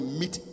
meet